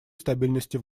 стабильности